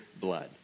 blood